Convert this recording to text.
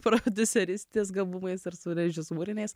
prodiuserystės gabumais ir su režisūriniais